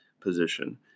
position